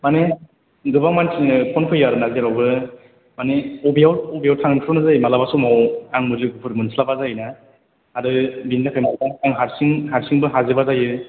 माने गोबां मानसिनि फ'न फैयो आरोना जेरावबो माने बबेयाव बबेयाव थांथ्र'नो जायो माब्लाबा समाव आंबो लोगोफोर मोनस्लाबा जायोना आरो बिनिथाखायनो आं हारसिं हारसिंबो हाजोबा जायो